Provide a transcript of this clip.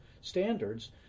standards